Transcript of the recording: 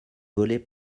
volée